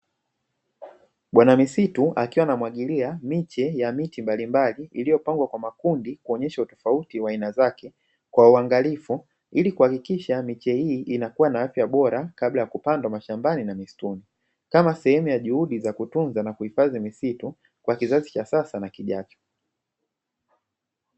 Bwana misitu akiwa anamwagilia miche ya miti mbalimbali iliyopangwa kwa makundi kuonyesha utofauti wa aina zake kwa uangalifu, ili kuhakikisha miche hii inakuwa na afya bora kabla ya kupandwa mashambani na misituni; kama sehemu ya juhudi za kutunza na kuhifadhi misitu kwa kizazi cha sasa na kijacho.